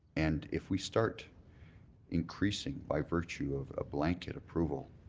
and if we start increasing by virtue of a blanket approval,